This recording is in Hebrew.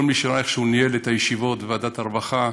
כל מי שראה איך ניהל את הישיבות בוועדת העבודה והרווחה,